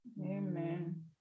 Amen